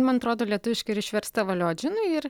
man atrodo lietuviškai ir išversta valio džinui ir